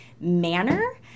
Manner